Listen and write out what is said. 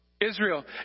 Israel